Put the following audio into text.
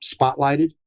spotlighted